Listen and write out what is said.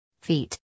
Feet